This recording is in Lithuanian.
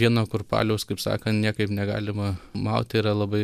vieno kurpaliaus kaip sakant niekaip negalima mauti yra labai